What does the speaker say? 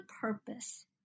purpose